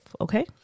okay